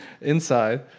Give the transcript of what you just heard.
inside